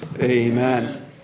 amen